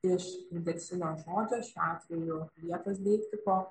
iš indeksinio žodžio šiuo atveju vietos deiktiko